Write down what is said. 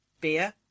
beer